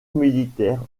militaire